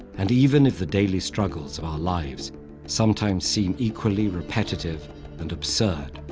and even if the daily struggles of our lives sometimes seem equally repetitive and absurd,